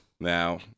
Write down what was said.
Now